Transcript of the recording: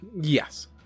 Yes